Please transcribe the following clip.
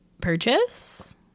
purchase